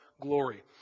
glory